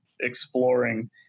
exploring